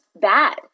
bad